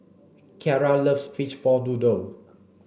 Kiara loves fishball noodle